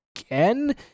again